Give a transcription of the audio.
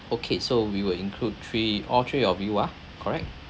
okay so we will include three all three of you ah correct